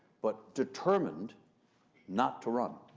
but determined not to run.